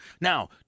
Now